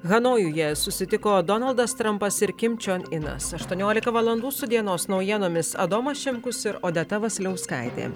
hanojuje susitiko donaldas trampas ir kim čion inas aštuoniolika valandų su dienos naujienomis adomas šimkus ir odeta vasiliauskaitė